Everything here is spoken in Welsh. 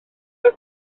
oedd